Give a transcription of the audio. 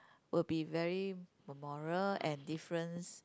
will be very memorial and difference